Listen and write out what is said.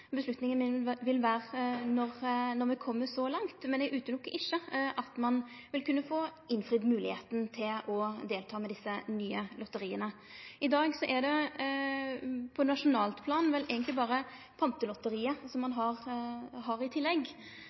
beslutninga mi vil vere når me kjem så langt, men eg ser ikkje bort frå at ein vil kunne få innfridd moglegheita til å delta med desse nye lotteria. I dag er det på nasjonalt plan vel eigentleg berre Pantelotteriet som ein har i tillegg,